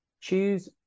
Choose